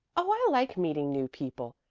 oh, i like meeting new people,